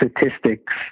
statistics